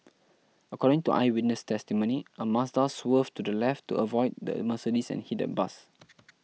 according to eyewitness testimony a Mazda swerved to the left to avoid the Mercedes and hit a bus